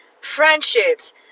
friendships